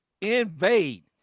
invade